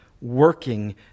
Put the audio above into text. working